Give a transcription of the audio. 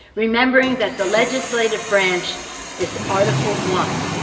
remembering that the legislative branch is article one,